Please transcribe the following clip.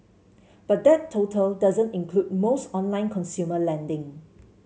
but that total doesn't include most online consumer lending